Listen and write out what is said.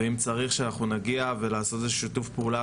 ואם צריך שאנחנו נגיע לעשות שיתוף פעולה